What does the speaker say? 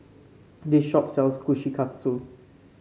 this shop sells Kushikatsu